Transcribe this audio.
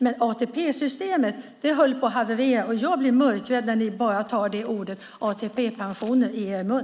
Men ATP-systemet höll på att haverera, och jag blir mörkrädd när ni bara tar ordet ATP-pensioner i er mun.